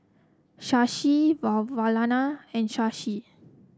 Shashi Vavilala and Shashi